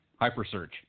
HyperSearch